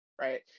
right